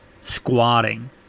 squatting